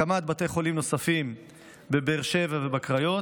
הקמת בתי חולים נוספים בבאר שבע ובקריות,